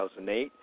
2008